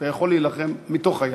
אתה יכול להילחם מתוך היעד.